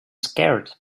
scared